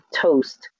toast